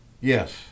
Yes